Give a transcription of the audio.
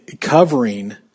covering